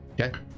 Okay